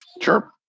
Sure